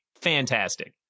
Fantastic